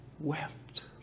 wept